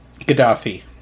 Gaddafi